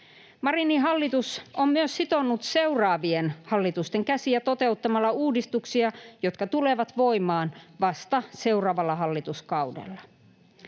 Marinin hallitus on myös sitonut seuraavien hallitusten käsiä toteuttamalla uudistuksia, jotka tulevat voimaan vasta seuraavalla hallituskaudella.